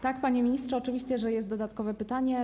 Tak, panie ministrze, oczywiście, że jest dodatkowe pytanie.